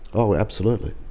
oh absolutely.